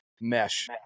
mesh